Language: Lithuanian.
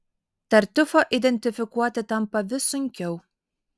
tartiufą identifikuoti tampa vis sunkiau